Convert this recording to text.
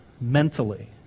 mentally